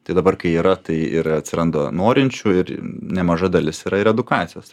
tai dabar kai yra tai ir atsiranda norinčių ir nemaža dalis yra ir edukacijos